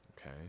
okay